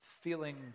feeling